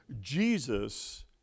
Jesus